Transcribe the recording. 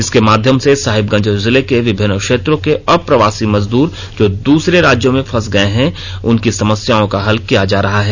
इसके माध्यम से सहिबगंज जिले के विभिन्न क्षेत्रों के अप्रवासी मजदूर जो दूसरे राज्यों में फंस गए हैं उनकी समस्याओं का हल किया जा रहा है